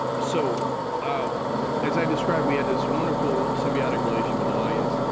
so ah as i described, we had this wonderful symbiotic relation with the audience.